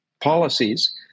policies